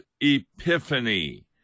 epiphany